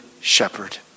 shepherd